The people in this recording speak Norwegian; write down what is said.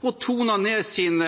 og har tonet ned sin